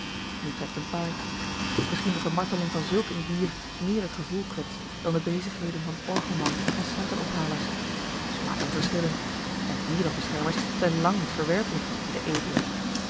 nu trekt n paard misschien dat de marteling van zulk een dier meer t gevoel kwetst dan de bezigheden van orgelman en centenophalers smaken verschillen en dierenbeschermers zijn lang niet verwerplijk de eedlen